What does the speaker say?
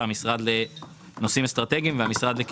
המצב קטסטרופה ואסירים שם